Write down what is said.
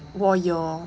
我有